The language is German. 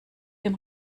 dem